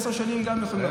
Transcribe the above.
עשר שנים גם יכול להיות.